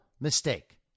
mistake